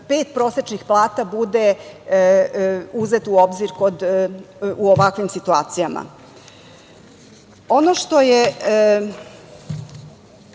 pet prosečnih plata bude uzeto u obzir u ovakvim situacijama. Ono što je